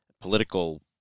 political